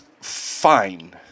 fine